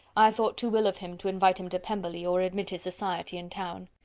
i thought too ill of him to invite him to pemberley, or admit his society in town.